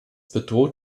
bedroht